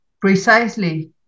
precisely